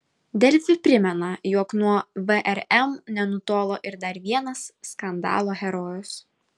delfi primena jog nuo vrm nenutolo ir dar vienas skandalo herojus